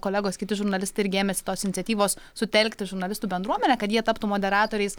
kolegos kiti žurnalistai irgi ėmėsi tos iniciatyvos sutelkti žurnalistų bendruomenę kad jie taptų moderatoriais